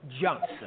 Johnson